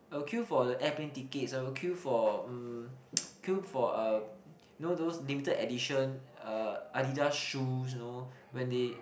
I will queue for the airplane tickets I will queue for mm queue for uh you know those limited edition Adidas shoes you know when they